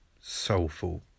soulful